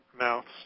mouths